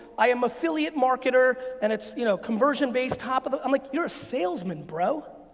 i am affiliate marketer, and it's you know conversion based top of the. i'm like, you're a salesman, bro.